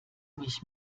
mich